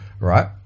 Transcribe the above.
right